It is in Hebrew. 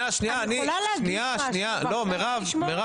מיקי,